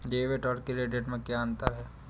Debit और credit में क्या अंतर है?